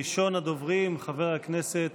ראשון הדוברים, חבר הכנסת